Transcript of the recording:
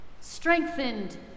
strengthened